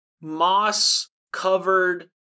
moss-covered